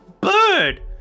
Bird